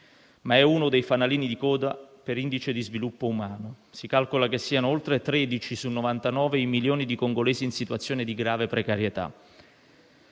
anche uno dei fanalini di coda per indice di sviluppo umano: si calcola che siano oltre 13 su 99 i milioni di congolesi in situazione di grave precarietà.